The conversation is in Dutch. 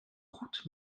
goed